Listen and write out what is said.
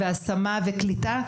השמה וקליטה,